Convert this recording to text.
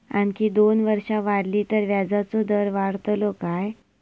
आणखी दोन वर्षा वाढली तर व्याजाचो दर वाढतलो काय?